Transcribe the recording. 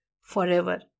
forever